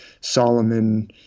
Solomon